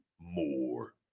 more